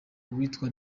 uwitwa